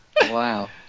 wow